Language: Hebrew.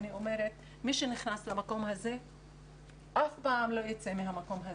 אני אומרת שמי שנכנס למקום הזה אף פעם לא ייצא מהמקום הזה.